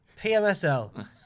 PMSL